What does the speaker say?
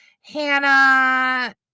Hannah